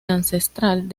ancestral